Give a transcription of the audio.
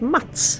Mats